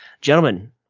Gentlemen